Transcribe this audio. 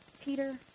peter